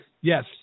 yes